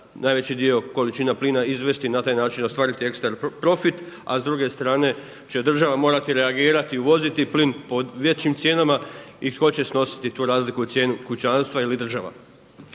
najveći dio količina plina izvesti i na taj način ostvariti ekstra profit, a s druge strane će država morati reagirati i uvoziti plin po većim cijenama i tko će snositi tu razliku cijena kućanstva ili država.